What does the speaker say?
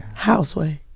Houseway